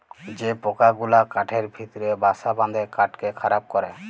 যে পকা গুলা কাঠের ভিতরে বাসা বাঁধে কাঠকে খারাপ ক্যরে